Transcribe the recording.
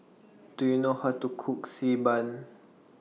Do YOU know How to Cook Xi Ban